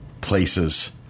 places